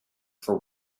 for